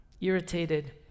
irritated